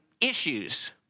issues